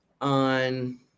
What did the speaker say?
on